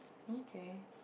okay